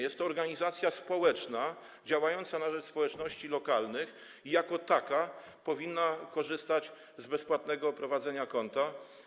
Jest to organizacja społeczna działająca na rzecz społeczności lokalnych i jako taka powinna korzystać z bezpłatnego prowadzenia konta.